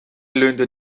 leunde